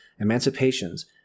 emancipations